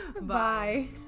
Bye